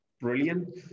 brilliant